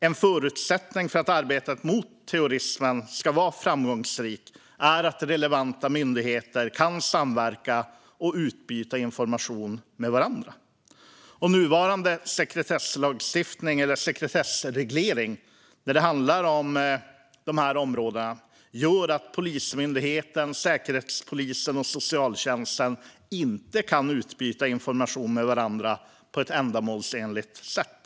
En förutsättning för att arbetet mot terrorism ska vara framgångsrikt är att relevanta myndigheter kan samverka och utbyta information med varandra. Nuvarande sekretessreglering på dessa områden gör att Polismyndigheten, Säkerhetspolisen och socialtjänsten inte kan utbyta information med varandra på ett ändamålsenligt sätt.